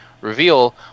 reveal